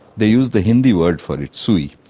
they used the hindi word for it, sui,